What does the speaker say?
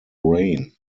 rain